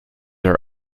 are